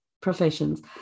professions